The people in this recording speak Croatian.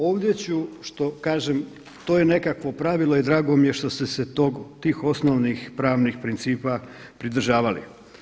Ovdje ću što kažem to je nekakvo pravilo i drago mi je što ste se tih osnovnih pravnih principa pridržavali.